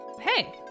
Hey